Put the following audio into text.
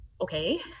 okay